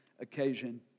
occasion